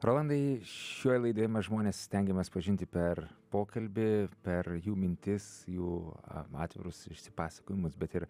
rolandai šioj laidoj žmones stengiamės pažinti per pokalbį per jų mintis jų atvirus išsipasakojimus bet ir